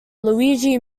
luigi